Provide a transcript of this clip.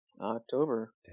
October